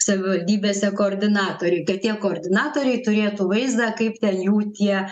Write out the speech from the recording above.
savivaldybėse koordinatoriai kad tie koordinatoriai turėtų vaizdą kaip ten jų tie